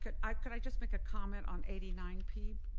i just make a comment on eighty nine p?